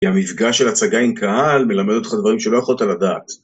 כי המפגש של הצגה עם קהל מלמד אותך דברים שלא יכולת לדעת.